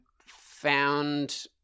found